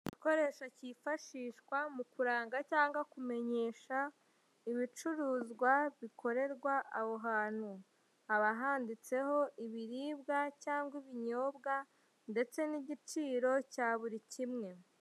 Igikoresho cyifashishwa mu kuranga cyangwa kumenyesha ibicuruzwa bikorerwa aho hantu, haba handitseho ibiribwa cyangwa ibinyobwa ndetse n'igiciro cya buri kimwe.